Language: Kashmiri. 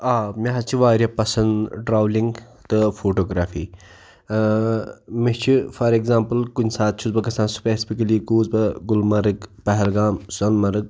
آ مےٚ حظ چھِ واریاہ پَسنٛد ٹرٛاولِنٛگ تہٕ فوٗٹوٗگرٛافی ٲں مےٚ چھِ فار ایٚگزامپٕل کُنہِ ساتہٕ چھُس بہٕ گژھان سِپیسِفِکٔلی گوٚوس بہٕ گُلمرگ پہلگام سۄنہٕ مَرگ